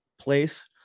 place